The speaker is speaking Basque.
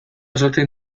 sortzen